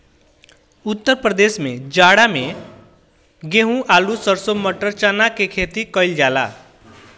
उत्तर प्रदेश में जाड़ा में गेंहू, आलू, सरसों, मटर, चना के खेती कईल जाला